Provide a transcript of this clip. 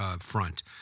front